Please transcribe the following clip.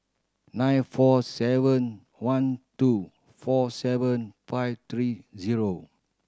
nine four seven one two four seven five three zero